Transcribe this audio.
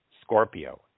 scorpio